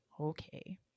okay